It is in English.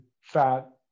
fat